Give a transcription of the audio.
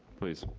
please.